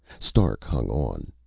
stark hung on.